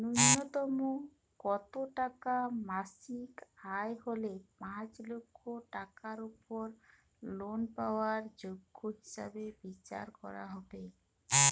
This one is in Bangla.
ন্যুনতম কত টাকা মাসিক আয় হলে পাঁচ লক্ষ টাকার উপর লোন পাওয়ার যোগ্য হিসেবে বিচার করা হবে?